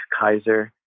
Kaiser